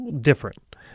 different